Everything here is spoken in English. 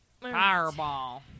Fireball